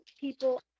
people